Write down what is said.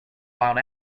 wild